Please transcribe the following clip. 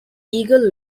eagle